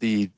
the